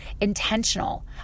intentional